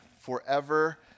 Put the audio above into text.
forever